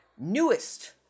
newest